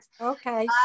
okay